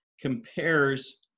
compares